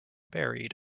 buried